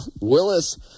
Willis